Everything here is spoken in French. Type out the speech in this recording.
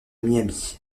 miami